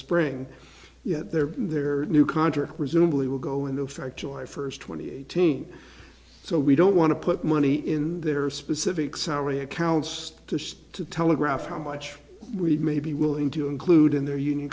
spring yet there their new contract presumably will go into effect july first twenty eighteen so we don't want to put money in their specific salary accounts to telegraph how much we may be willing to include in their union